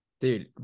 Dude